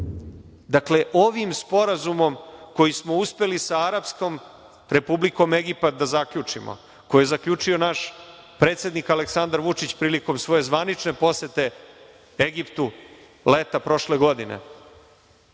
ispred. Dakle, ovim sporazumom koji smo uspeli sa Arapskom Republikom Egipat da zaključimo, koji je zaključio naš predsednik Aleksandar Vučić prilikom svoje zvanične posete Egiptu leta prošle godine,